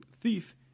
thief